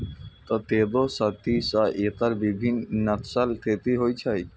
कतेको सदी सं एकर विभिन्न नस्लक खेती होइ छै